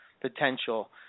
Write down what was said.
potential